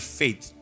faith